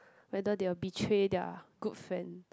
whether they will betray their good friend